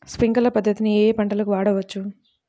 Sprinkler పద్ధతిని ఏ ఏ పంటలకు వాడవచ్చు?